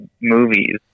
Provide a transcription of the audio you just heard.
movies